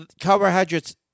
carbohydrates